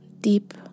deep